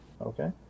Okay